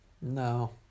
No